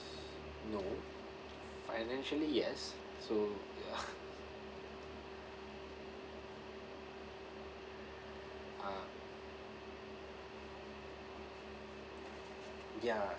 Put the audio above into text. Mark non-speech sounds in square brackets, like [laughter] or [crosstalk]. no financially yes so [noise] uh ya